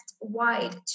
wide